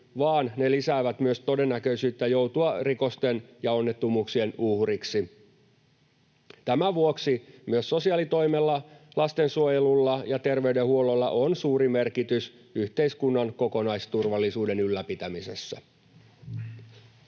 vaan ne lisäävät myös todennäköisyyttä joutua rikosten ja onnettomuuksien uhriksi. Tämän vuoksi myös sosiaalitoimella, lastensuojelulla ja terveydenhuollolla on suuri merkitys yhteiskunnan kokonaisturvallisuuden ylläpitämisessä.